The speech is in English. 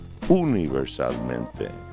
universalmente